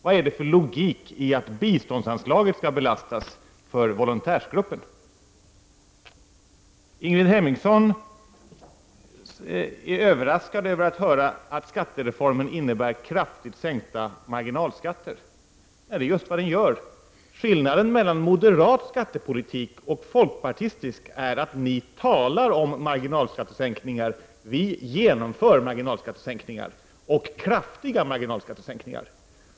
Vad är det för logik i att biståndsanslaget skall belastas för volontärgruppen? Ingrid Hemmingsson är överraskad över att skattereformen innebär kraftigt sänkta marginalskatter. Det är precis vad den gör. Skillnaden mellan moderat skattepolitik och folkpartiets är att ni talar om marginalskattesänkningar, medan vi genomför marginalskattesänkningar, och kraftiga sådana.